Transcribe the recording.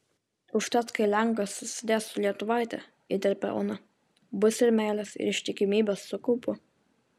užtat kai lenkas susidės su lietuvaite įterpia ona bus ir meilės ir ištikimybės su kaupu